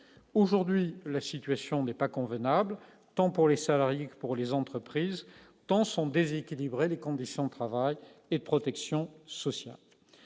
aujourd'hui, la situation n'est pas convenable, tant pour les salariés que pour les entreprises, tant sont déséquilibrés, les conditions de travail et protection sociale